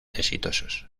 exitosos